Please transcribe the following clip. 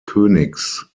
königs